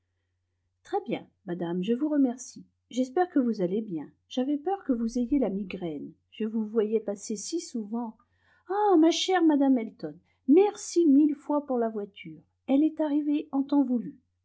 très bien madame je vous remercie j'espère que vous allez bien j'avais peur que vous ayez la migraine je vous voyais passer si souvent ah ma chère madame elton merci mille fois pour la voiture elle est arrivée en temps voulu